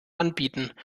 anbieten